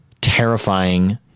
terrifying